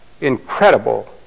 Incredible